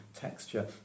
texture